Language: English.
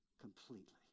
completely